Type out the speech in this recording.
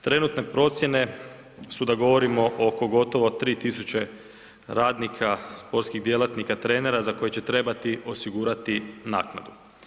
Trenutne procjene su da govorimo oko gotovo 3.000 radnika, sportskih djelatnika, trenera za koje će trebati osigurati naknadu.